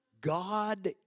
God